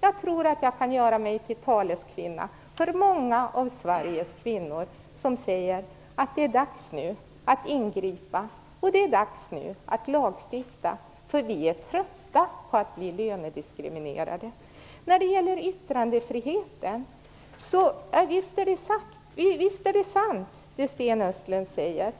Jag tror att jag kan göra mig till taleskvinna för många av Sveriges kvinnor som säger att det nu är dags att ingripa och lagstifta för vi är trötta på att bli lönediskriminerade. När det gäller yttrandefriheten är det sant som Sten Östlund säger